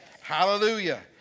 Hallelujah